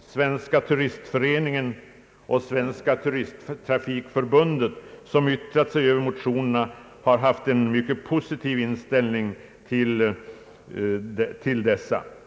Svenska turistföreningen och Svenska turisttrafikförbundet, som yttrat sig över motionerna har haft en mycket positiv inställning till dessa.